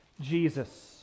Jesus